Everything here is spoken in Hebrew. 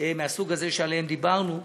מהסוג הזה שעליהן דיברנו,